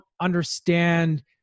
understand